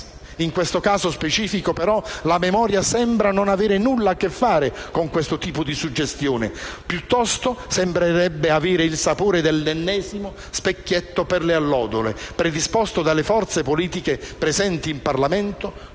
In questo caso specifico, però, la memoria sembra non avere nulla a che fare con questo tipo di suggestione; piuttosto, sembrerebbe avere il sapore dell'ennesimo specchietto per le allodole predisposto dalle forze politiche presenti in Parlamento,